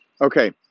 Okay